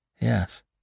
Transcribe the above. Yes